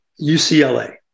UCLA